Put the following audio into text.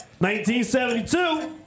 1972